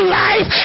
life